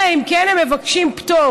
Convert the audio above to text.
אלא אם כן הם מבקשים פטור.